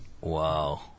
Wow